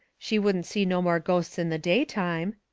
she wouldn't see no more ghosts in the daytime.